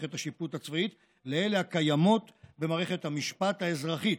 במערכת השיפוט הצבאית לאלה הקיימות במערכת המשפט האזרחית,